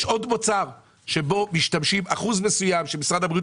יש עוד מוצר שבו משתמש אחוז מסוים מהמבוגרים - משרד הבריאות